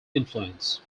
influence